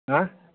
হা